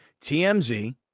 TMZ